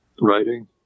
writing